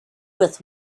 with